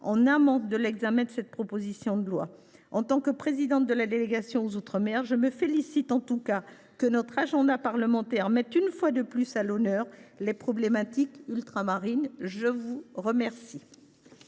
en amont de l’examen de cette proposition de loi. En tant que présidente de la délégation aux outre mer, je me félicite que notre agenda parlementaire mette une fois de plus à l’honneur des problématiques ultramarines. La parole